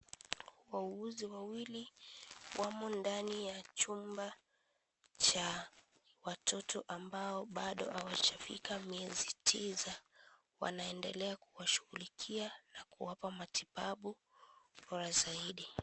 Wauguzi wawili wamo ndani ya chumba cha watoto ambao bado hawajafika miezi tisa, wanaendelea kuwashugulikia na kuwapa matibabu bora zaidi.